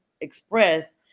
express